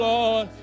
Lord